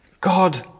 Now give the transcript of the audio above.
God